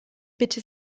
bitte